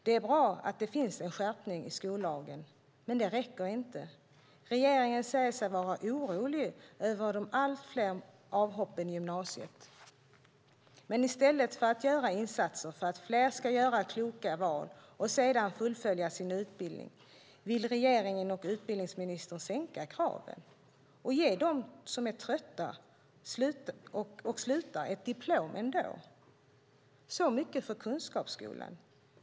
Det är bra att det finns en skärpning i skollagen, men det räcker inte. Regeringen säger sig vara orolig över de allt fler avhoppen i gymnasiet. Men i stället för att göra insatser för att fler ska göra kloka val och sedan fullfölja sin utbildning vill regeringen och utbildningsministern sänka kraven och ge dem som är trötta och slutar ett diplom ändå. Så mycket för kunskapsskolan!